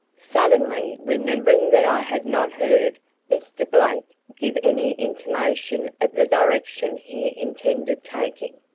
suddenly remembering that i had not heard mr. blake give any intimation of the direction he intended taking.